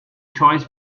choice